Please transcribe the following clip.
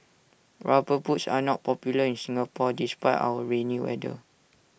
rubber boots are not popular in Singapore despite our rainy weather